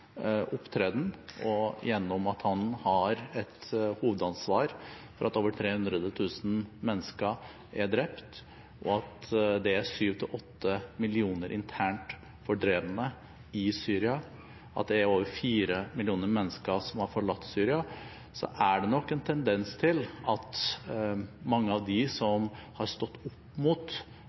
at han har et hovedansvar for at over 300 000 mennesker er drept, at det er 7–8 millioner internt fordrevne i Syria, og at det er over 4 millioner mennesker som har forlatt Syria, så er det nok en tendens til at mange av dem som har stått opp mot